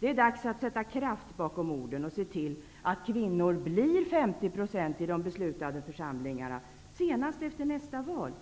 Det är dags att sätta kraft bakom orden och se till att det blir 50 % kvinnor i de beslutande församlingarna senast efter nästa val.